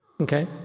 okay